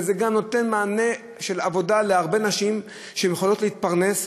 וזה גם נותן מענה של עבודה להרבה נשים שיכולות להתפרנס.